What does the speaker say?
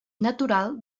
natural